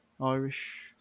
Irish